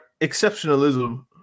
exceptionalism